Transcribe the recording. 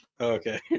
Okay